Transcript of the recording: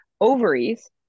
ovaries